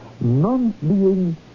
non-being